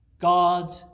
God